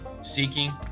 seeking